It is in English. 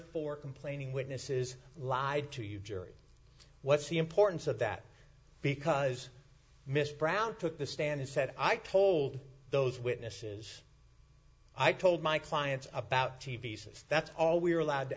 four complaining witnesses lied to you jury what's the importance of that because mr brown took the stand he said i told those witnesses i told my clients about t v s that's all we are allowed to